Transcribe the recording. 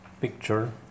picture